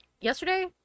yesterday